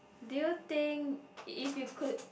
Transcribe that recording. do you think if you could